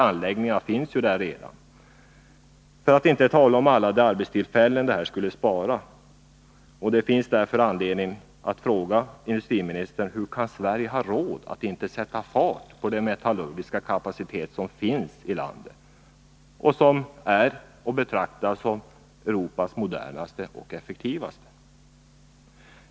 Anläggningarna finns ju redan där — för att inte tala om alla de arbetstillfällen detta skulle bevara. Det finns därför anledning att fråga industriministern: Hur kan Sverige ha råd att inte sätta fart på den metallurgiska kapacitet som finns inom landet, som betraktas som Europas modernaste och effektivaste?